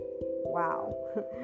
wow